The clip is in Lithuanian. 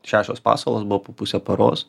šešios paskolos buvo po pusę paros